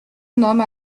nomme